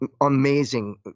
amazing